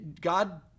God